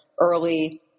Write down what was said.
early